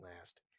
last